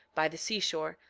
by the seashore,